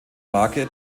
marke